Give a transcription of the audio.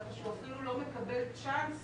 כך שהוא אפילו לא מקבל צ'אנס,